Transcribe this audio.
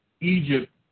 Egypt